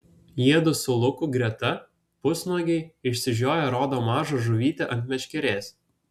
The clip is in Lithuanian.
jiedu su luku greta pusnuogiai išsižioję rodo mažą žuvytę ant meškerės